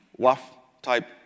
WAF-type